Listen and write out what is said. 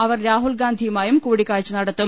അവർ ്രാഹുൽഗാന്ധിയുമായും കൂടി ക്കാഴ്ച നടത്തും